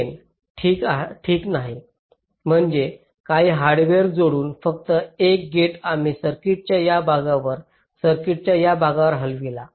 ठीक नाही म्हणजे काही हार्डवेअर जोडून फक्त एक गेट आम्ही सर्किटच्या या भागावरून सर्किटच्या या भागात हलविला